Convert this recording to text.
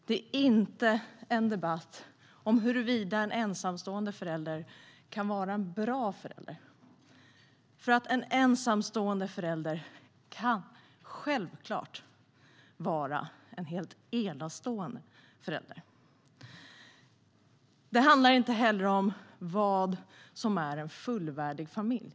Det är inte en debatt om huruvida en ensamstående förälder kan vara en bra förälder. En ensamstående förälder kan självklart vara en helt enastående förälder. Det handlar inte heller om vad som är en fullvärdig familj.